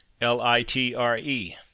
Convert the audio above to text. L-I-T-R-E